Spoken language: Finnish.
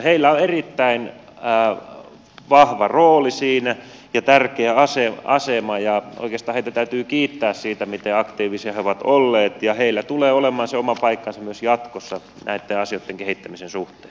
niillä on siinä erittäin vahva rooli ja tärkeä asema ja oikeastaan niitä täytyy kiittää siitä miten aktiivisia ne ovat olleet ja niillä tulee olemaan oma paikkansa myös jatkossa näitten asioitten kehittämisen suhteen